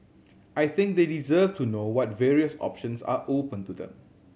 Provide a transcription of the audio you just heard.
I think they deserve to know what various options are open to them